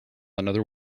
another